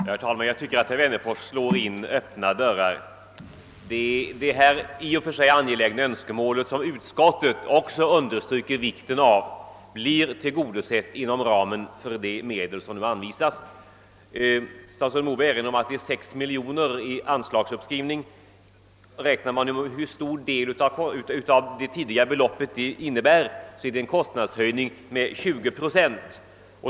Herr talman! Jag tycker att herr Wennerfors slår in öppna dörrar. Det i och för sig angelägna önskemål, som också utskottet understryker vikten av, blir tillgodosett inom ramen för de medel som nu anvisas. Statsrådet Moberg erinrade om att anslaget kommer att skrivas upp med 6 miljoner, och räknar man efter hur stor del av det tidigare beloppet som detta innebär, finner man att det är fråga om en anslagshöjning med 20 procent.